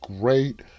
great